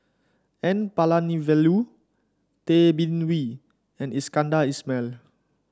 N Palanivelu Tay Bin Wee and Iskandar Ismail